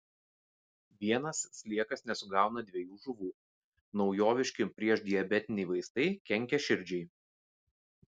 vienas sliekas nesugauna dviejų žuvų naujoviški priešdiabetiniai vaistai kenkia širdžiai